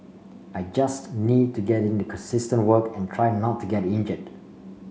I just need to get in the consistent work and try not to get injured